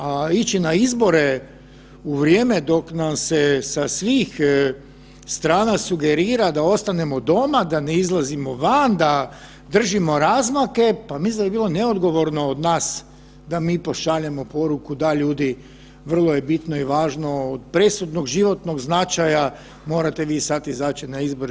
A ići na izbore u vrijeme dok nam se sa svih strana sugerira da ostanemo doma, da ne izlazimo van, da držimo razmake, pa mislim da bi bilo neodgovorno od nas da mi pošaljemo poruku da ljudi vrlo je bitno i važno od presudnog životnog značaja morate vi sada izaći na izbore.